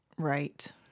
Right